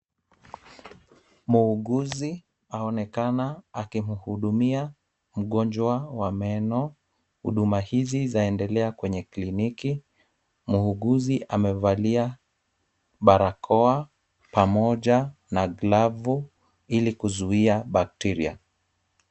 Muuguzi aonekana akimhudumia mgonjwa wa meno. Huduma hizi zaendelea kwenye kliniki. Muuguzi amevalia barakoa pamoja na glavu ili kuzuia bacteria .